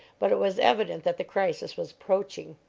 but it was evident that the crisis was approaching.